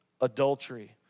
adultery